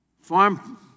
farm